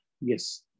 Yes